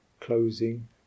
closing